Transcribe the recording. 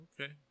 Okay